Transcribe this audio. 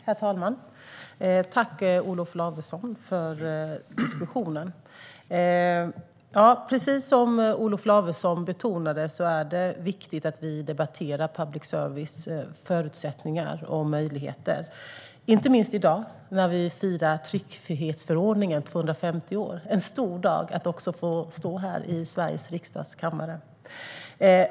Herr talman! Tack, Olof Lavesson, för diskussionen! Precis som Olof Lavesson betonade är det viktigt att vi debatterar public services förutsättningar och möjligheter, inte minst i dag, när vi firar tryckfrihetsförordningen 250 år. Det är en stor dag att också få stå här i Sveriges riksdags kammare.